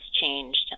changed